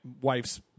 wife's